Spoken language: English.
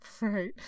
right